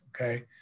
okay